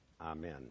Amen